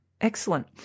Excellent